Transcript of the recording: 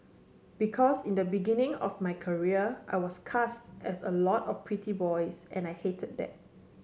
because in the beginning of my career I was cast as a lot of pretty boys and I hated that